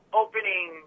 opening